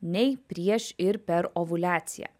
nei prieš ir per ovuliaciją